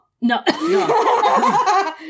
no